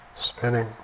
spinning